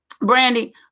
Brandy